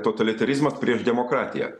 totalitarizmas prieš demokratiją